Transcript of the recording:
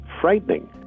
frightening